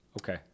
Okay